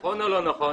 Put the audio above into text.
נכון או לא נכון?